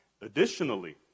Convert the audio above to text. Additionally